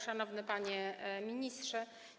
Szanowny Panie Ministrze!